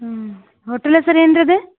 ಹ್ಞೂ ಹೋಟೆಲ್ ಹೆಸ್ರ್ ಏನು ರೀ ಅದು